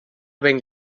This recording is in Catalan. ben